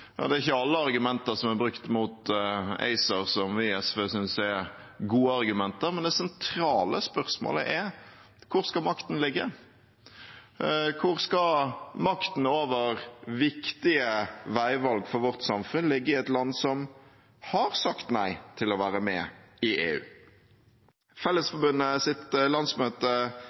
og hvem som skal bestemme, er det sentrale. Det kan være ulike syn på hvordan vi skal organisere energimarkedet, hvordan vi skal bruke kraften. Det er ikke alle argumenter som er brukt mot ACER som vi i SV synes er gode argumenter, men det sentrale spørsmålet er: Hvor skal makten ligge? Hvor skal makten over viktige veivalg for samfunnet ligge i et land